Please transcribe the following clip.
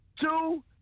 two